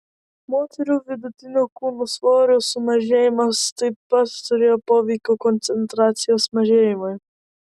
moterų vidutinio kūno svorio sumažėjimas taip pat turėjo poveikio koncentracijos mažėjimui